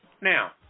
Now